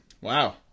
wow